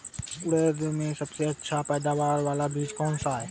उड़द में सबसे अच्छा पैदावार वाला बीज कौन सा है?